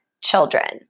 children